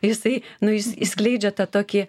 jisai nu jis jis skleidžia tą tokį